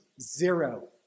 zero